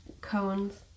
cones